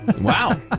Wow